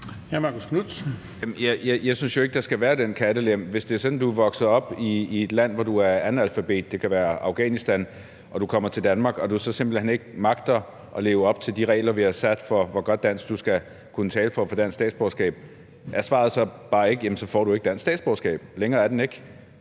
Jeg synes jo ikke, der skal være den kattelem. Hvis det er sådan, at du er vokset op i et land, hvor du er analfabet, det kan være Afghanistan, og du kommer til Danmark, og du så simpelt hen ikke magter at leve op til de regler, vi har sat for, hvor godt dansk du skal kunne tale for at få dansk statsborgerskab, er svaret så ikke bare, at du så ikke får dansk statsborgerskab? Længere er den ikke.